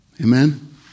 Amen